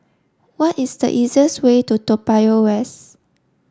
what is the easiest way to Toa Payoh West